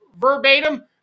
verbatim